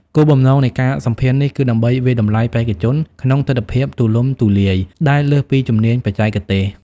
គោលបំណងនៃការសម្ភាសន៍នេះគឺដើម្បីវាយតម្លៃបេក្ខជនក្នុងទិដ្ឋភាពទូលំទូលាយ ដែលលើសពីជំនាញបច្ចេកទេស។